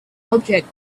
object